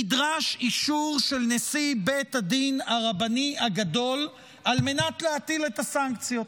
נדרש אישור של נשיא בית הדין הרבני הגדול על מנת להטיל את הסנקציות,